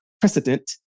precedent